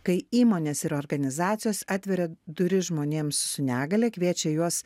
kai įmonės ir organizacijos atveria duris žmonėms su negalia kviečia juos